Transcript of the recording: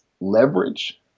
leverage